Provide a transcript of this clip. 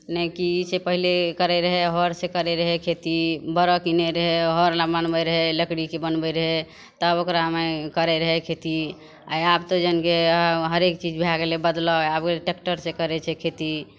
नहि किछु पहिले करै रहै हर से करै रहै खेती बड़द किने रहियै हर लऽ बनबै रहै लकड़ीके बनबै रहै तब ओकरामे करै रहै खेती आइ आब तऽ जनबे हरेज चीज भए गेलै बदलाव आब ओहि ट्रैक्टर से करै छै खेती